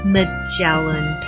Magellan